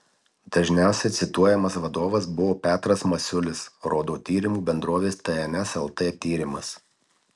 dažniausiai cituojamas vadovas buvo petras masiulis rodo tyrimų bendrovės tns lt tyrimas